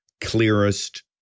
clearest